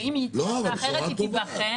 ואם תהיה החלטה אחרת היא תיבחן.